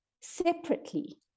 separately